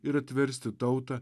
ir atversti tautą